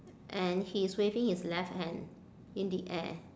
and he is waving his left hand in the air